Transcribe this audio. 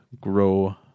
grow